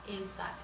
inside